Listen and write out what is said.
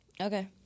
Okay